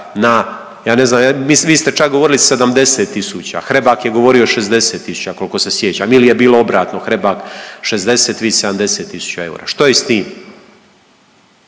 na, ja ne znam, vi ste čak govorili 70 tisuća, Hrebak je govorio 60 tisuća, koliko se sjećam. Ili je bilo obratno, Hrebak 60, vi 70 tisuća eura. Što je s tim?